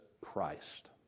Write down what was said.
Christ